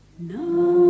No